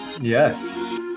yes